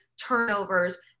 turnovers